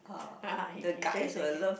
he he sure he take care